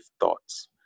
thoughts